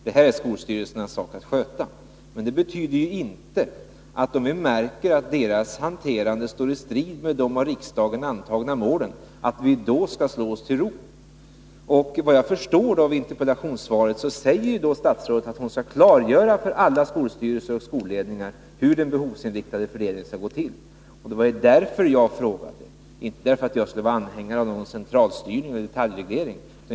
Det är skolstyrelsernas sak att sköta detta. Men det betyder ju inte att vi skall slå oss till ro om vi märker att deras hanterande står i strid med de av riksdagen antagna målen. Såvitt jag förstår av interpellationssvaret säger statsrådet att hon skall klargöra för alla skolstyrelser och skolledningar hur den behovsinriktade fördelningen skall gå till. Det var ju därför jag frågade, inte därför att jag skulle vara anhängare av centralstyrning och detaljreglering.